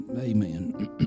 Amen